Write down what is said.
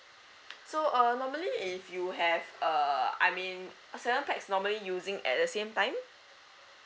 so uh normally if you have err I mean seven pax normally using at the same time